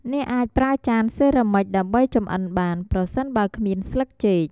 អ្នកអាចប្រើចានសេរ៉ាមិចដើម្បីចម្អិនបាន ប្រសិនបើគ្មានស្លឹកចេក។